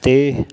ਤੇ